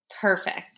Perfect